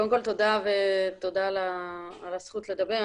קודם כול, תודה על הזכות לדבר.